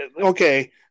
Okay